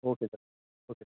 okay sir okay